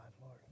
Lord